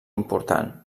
important